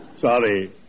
Sorry